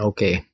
Okay